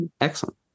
Excellent